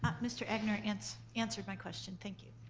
ah mr. egnor answered answered my question. thank you.